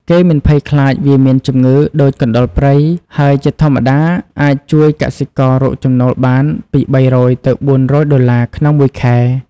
គេមិនភ័យខ្លាចវាមានជំងឹដូចកណ្តុរព្រៃ ហើយជាធម្មតាអាចជួយកសិកររកចំណូលបានពី ៣០០ ទៅ ៤០០ដុល្លារ ក្នុងមួយខែ។